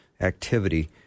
activity